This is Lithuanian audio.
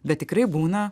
bet tikrai būna